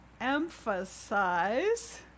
emphasize